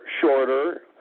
shorter